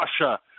Russia